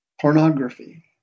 pornography